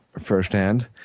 firsthand